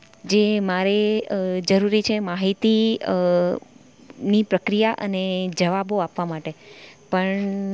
જે મારે જરૂરી છે માહિતી ની પ્રક્રિયા અને જવાબો આપવા માટે પણ